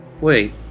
Wait